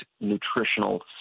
nutritional